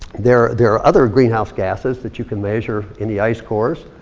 there there are other greenhouse gases that you can measure in the ice cores.